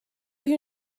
you